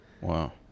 Wow